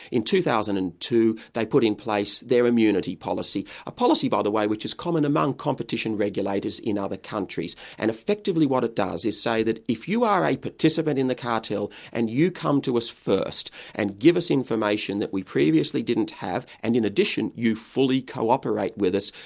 in two thousand and two they put in place their immunity policy, a policy by the way which is common among competition regulators in other countries. and effectively what it does is say if you are a participant in the cartel and you come to us first and give us information that we previously didn't have and in addition you fully cooperate with us,